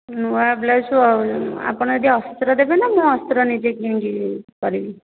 ନୂଆ ବ୍ଳାଉଜ୍ ଆଉ ଆପଣ ଏଇଠି ଅସ୍ତ୍ର ଦେବେ ନା ମୁଁ ଅସ୍ତ୍ର ନିଜେ କିଣିକି କରିବି